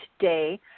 today